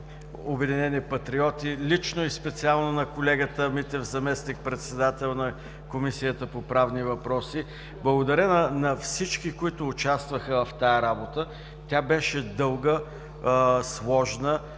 „Обединени патриоти“, лично и специално на колегата Митев – заместник-председател на Комисията по правни въпроси. Благодаря на всички, които участваха в тази работа. Тя беше дълга, сложна,